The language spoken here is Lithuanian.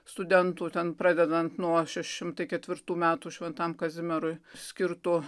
studentų ten pradedant nuo šeši šimtai ketvirtų metų šventam kazimierui skirtų